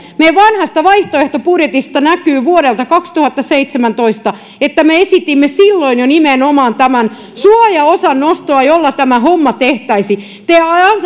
meidän vanhasta vaihtoehtobudjetistamme vuodelta kaksituhattaseitsemäntoista näkyy että me esitimme jo silloin nimenomaan tämän suojaosan nostoa jolla tämä homma tehtäisiin te